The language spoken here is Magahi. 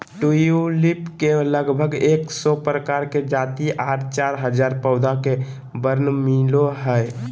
ट्यूलिप के लगभग एक सौ प्रकार के जाति आर चार हजार पौधा के वर्णन मिलो हय